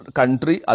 country